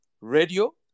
Radio